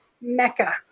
mecca